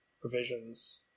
provisions